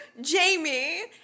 Jamie